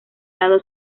lado